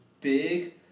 big